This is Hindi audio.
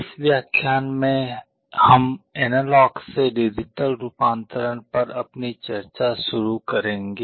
इस व्याख्यान में हम एनालॉग से डिजिटल रूपांतरण पर अपनी चर्चा शुरू करेंगे